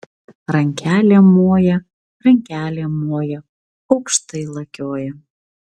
rankelėm moja rankelėm moja aukštai lakioja